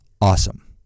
Awesome